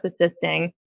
assisting